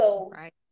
Right